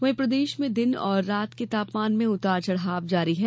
वहीं प्रदेश में दिन और रात के तापमान में उतार चढ़ाव जारी है